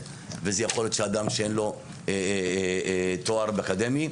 יכול להיות אדם שאין לו תואר אקדמי,